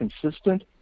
consistent